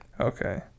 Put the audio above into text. Okay